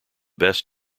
best